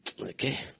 Okay